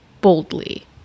boldly